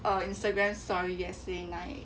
uh instagram story yesterday night